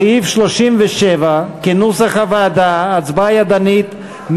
סעיף 37 כנוסח הוועדה, הצבעה ידנית.